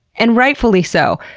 and rightfully so.